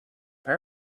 pair